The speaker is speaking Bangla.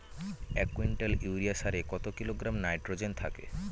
এক কুইন্টাল ইউরিয়া সারে কত কিলোগ্রাম নাইট্রোজেন থাকে?